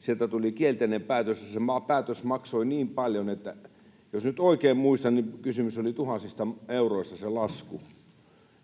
Sieltä tuli kielteinen päätös, ja se päätös maksoi paljon. Jos nyt oikein muistan, niin kysymys oli tuhansista euroista, se lasku.